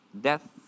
death